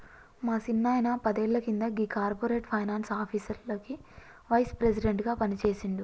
మా సిన్నాయిన పదేళ్ల కింద గీ కార్పొరేట్ ఫైనాన్స్ ఆఫీస్లకి వైస్ ప్రెసిడెంట్ గా పనిజేసిండు